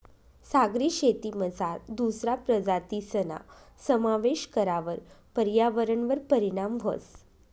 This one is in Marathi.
सागरी शेतीमझार दुसरा प्रजातीसना समावेश करावर पर्यावरणवर परीणाम व्हस